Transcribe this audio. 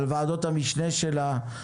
על ועדות המשנה שלה,